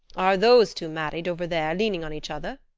are those two married over there leaning on each other?